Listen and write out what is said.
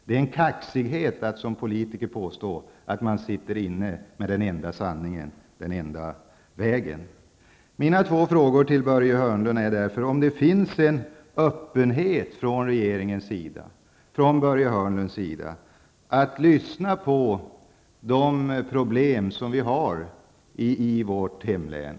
Det är kaxighet att som politiker påstå att man sitter inne med den enda sanningen, den enda vägen. Mina två frågor till Börje Hörnlund är därför om det finns en öppenhet från regeringens och Börje Hörnlunds sida för att lyssna på dem som talar om de problem som vi har i vårt hemlän.